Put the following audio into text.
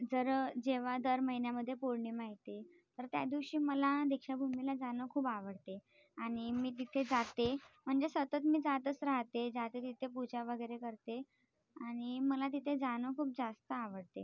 जर जेव्हा दर महिन्यामध्ये पौर्णिमा येते तर त्यादिवशी मला दीक्षाभूमीला जाणं खूप आवडते आणि मी तिथे जाते म्हणजे सतत मी जातच राहते जाते तिथे पूजा वगैरे करते आणि मला तिथे जाणं खूप जास्त आवडते